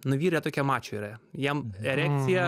nu vyrai jie tokie mačo yra jiem erekcija